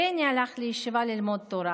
בני הלך לישיבה ללמוד תורה.